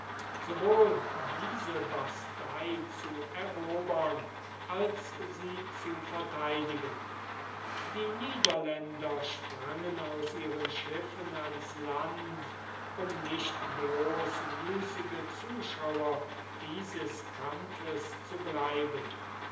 sowohl diese bastei zu erobern als sie zu vertheidigen die niederländer sprangen aus ihren schiffen ans land um nicht bloß müßige zuschauer dieses kampfes zu bleiben